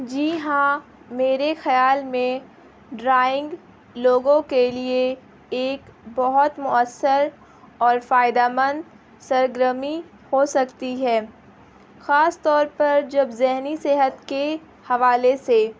جی ہاں میرے خیال میں ڈرائنگ لوگوں کے لیے ایک بہت مؤثر اور فائدہ مند سرگرمی ہو سکتی ہے خاص طور پر جب ذہنی صحت کے حوالے سے